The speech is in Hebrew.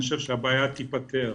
אני חושב שהבעיה תיפתר.